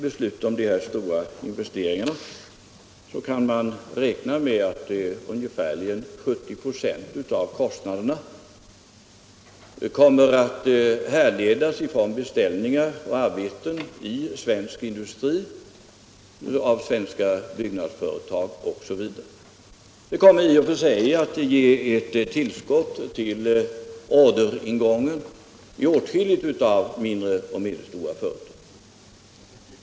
Beslutar vi om dessa stora investeringar, kan man också räkna med att ungefärligen 70 96 av kostnaderna kommer att utgöras av beställningar till svensk industri, till svenska byggnadsföretag osv. Det kommer i och för sig att ge ett tillskott till orderingången hos åtskilliga mindre och medelstora företag.